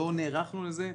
לא נערכנו לזה,